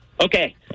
Okay